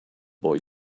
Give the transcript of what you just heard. boy